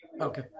Okay